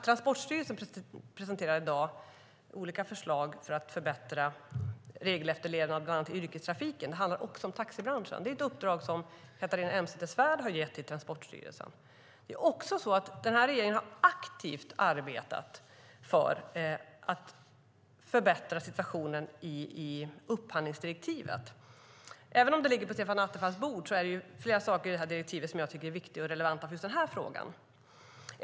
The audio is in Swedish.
Transportstyrelsen presenterar i dag olika förslag för att förbättra regelefterlevnaden bland annat inom yrkestrafiken. Det handlar också om taxibranschen. Det är ett uppdrag som Catharina Elmsäter-Svärd har gett till Transportstyrelsen. Denna regering har också aktivt arbetat för att förbättra situationen när det gäller upphandlingsdirektivet. Även om det ligger på Stefan Attefalls bord är det flera saker i detta direktiv som jag tycker är viktiga och relevanta för just denna fråga.